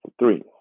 Three